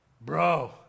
Bro